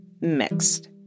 mixed